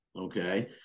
okay